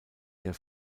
der